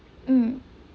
mm